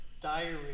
diary